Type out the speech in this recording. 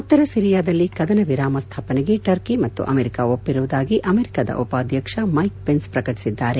ಉತ್ತರ ಸಿರಿಯಾದಲ್ಲಿ ಕದನ ವಿರಾಮ ಸ್ವಾಪನೆಗೆ ಟರ್ಕಿ ಮತ್ತು ಅಮೆರಿಕ ಒಪ್ಸಿರುವುದಾಗಿ ಅಮೆರಿಕಾದ ಉಪಾಧ್ಯಕ್ಷ ಮೈಕ್ ಪೆನ್ಸ್ ಪ್ರಕಟಿಸಿದ್ದಾರೆ